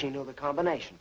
she knew the combination